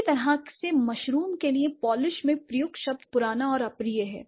इसी तरह से मशरूम के लिए पोलिश में प्रयुक्त शब्द पुराना और अप्रिय है